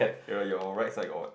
your your right side got